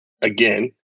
again